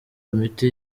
imiti